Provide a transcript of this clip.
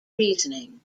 reasoning